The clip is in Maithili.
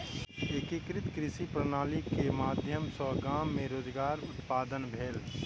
एकीकृत कृषि प्रणाली के माध्यम सॅ गाम मे रोजगार उत्पादन भेल